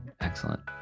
Excellent